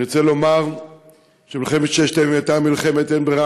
אני רוצה לומר שמלחמת ששת הימים הייתה מלחמת אין ברירה.